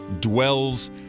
dwells